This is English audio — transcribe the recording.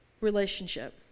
relationship